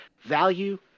value